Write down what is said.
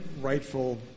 rightful